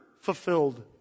fulfilled